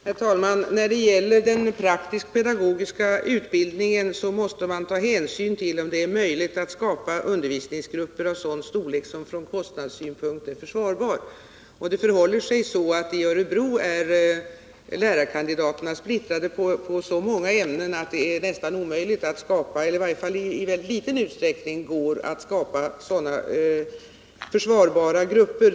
Herr talman! När det gäller den praktisk-pedagogiska utbildningen måste man ta hänsyn till om det är möjligt att skapa undervisningsgrupper av sådan storlek som från kostnadssynpunkt är försvarbar. Det förhåller sig så att lärarkandidaterna i Örebro är splittrade på så många ämnen att det endast i mycket liten utsträckning går att skapa sådana försvarbara grupper.